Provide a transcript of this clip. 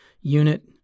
unit